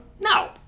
No